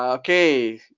okay.